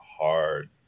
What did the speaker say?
hard